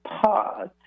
pause